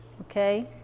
okay